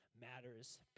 matters